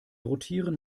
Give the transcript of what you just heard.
rotieren